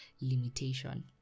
limitation